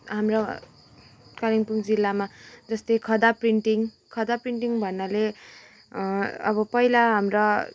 हाम्रो कालिम्पुङ जिल्लामा जस्तै खदा प्रिन्टिङ खदा प्रिन्टिङ भन्नाले अब पहिला हाम्रा